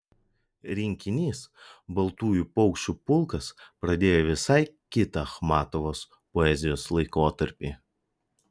rinkinys baltųjų paukščių pulkas pradėjo visai kitą achmatovos poezijos laikotarpį